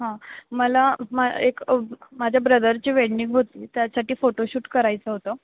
हां मला मा एक माझ्या ब्रदरची वेडनींग होती त्यासाटी फोटोशूट करायचं होतं